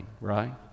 right